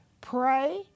pray